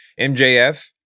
MJF